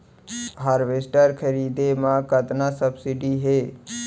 Harvester खरीदे म कतना सब्सिडी हे?